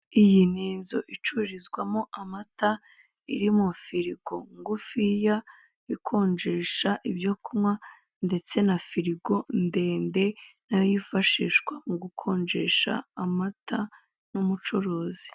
Iyi ni inzu icururizwamo amata, iri mu ifirigo ngufiya, ikonjesha ibyo kunywa, ndetse na firigo ndende nayo yifashishwa mugukonjesha amata, n'umucuruzi.